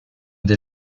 dès